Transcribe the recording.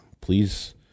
please